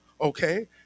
Okay